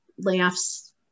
layoffs